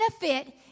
benefit